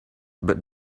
but